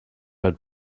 had